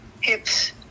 hips